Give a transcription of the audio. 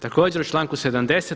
Također u članku 70.